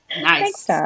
Nice